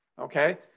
okay